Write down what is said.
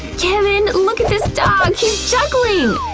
kevin! look at this dog! he's juggling!